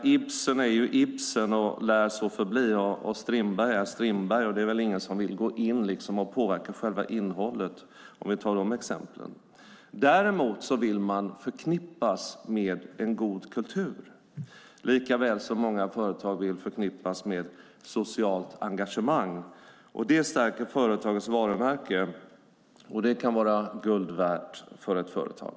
Ibsen är ju Ibsen och lär så förbli, och Strindberg är Strindberg. Det är väl ingen som vill gå in och påverka själva innehållet om vi tar de exemplen. Däremot vill man förknippas med en god kultur, likaväl som många företag vill förknippas med socialt engagemang. Det stärker företagets varumärke, och det kan vara guld värt för ett företag.